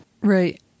Right